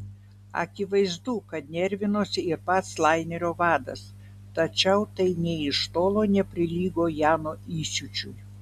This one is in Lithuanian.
akivaizdu kad nervinosi ir pats lainerio vadas tačiau tai nė iš tolo neprilygo jano įsiūčiui